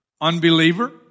unbeliever